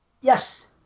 Yes